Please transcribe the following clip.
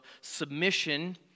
submission